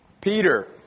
Peter